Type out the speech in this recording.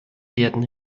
werden